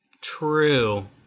true